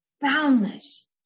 boundless